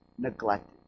Neglected